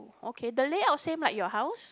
okay the layout same like your house